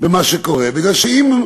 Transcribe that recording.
במה שקורה, כי אם אנחנו